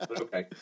okay